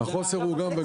החוסר הוא גם וגם.